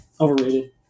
Overrated